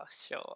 sure